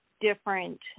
different